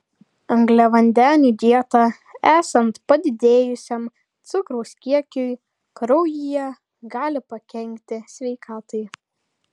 angliavandenių dieta esant padidėjusiam cukraus kiekiui kraujyje gali pakenkti sveikatai